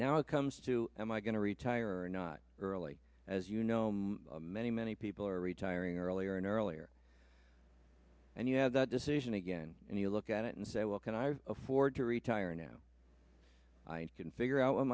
now it comes to am i going to retire or not early as you know many many people are retiring earlier and earlier and you have that decision again and you look at it and say well can i afford to retire now i can figure out what